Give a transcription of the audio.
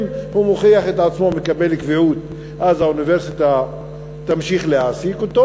אם הוא מוכיח את עצמו ומקבל קביעות אז האוניברסיטה תמשיך להעסיק אותו,